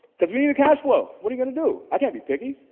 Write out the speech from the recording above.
because we needed cash flow. what are you gonna do? i can't be picky